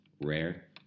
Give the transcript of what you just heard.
rare